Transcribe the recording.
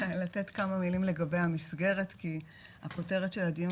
אני אתן כמה משפטים לגבי המסגרת כי הכותרת של הדיון